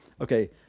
Okay